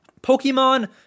Pokemon